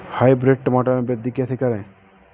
Hybrid टमाटर में वृद्धि कैसे करें?